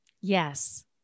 Yes